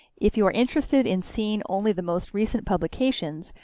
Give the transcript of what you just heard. if you are interested in seeing only the most recent publications,